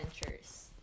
adventures